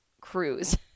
cruise